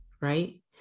right